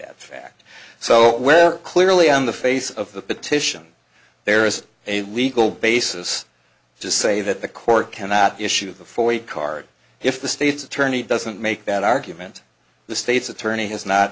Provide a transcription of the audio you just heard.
that fact so clearly on the face of the petition there is a legal basis to say that the court cannot issue before a card if the state's attorney doesn't make that argument the state's attorney has not